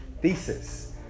thesis